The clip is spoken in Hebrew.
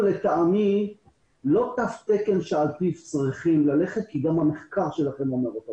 לטעמי לא תו תקן שעל-פיו צריכים ללכת כי גם המחקר שלכם אומר את זה.